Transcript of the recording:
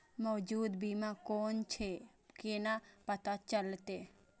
मौजूद बीमा कोन छे केना पता चलते?